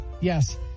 Yes